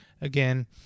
again